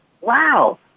Wow